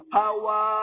power